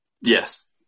Yes